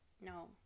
No